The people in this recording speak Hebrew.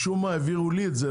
משום מה, העבירו לי את זה.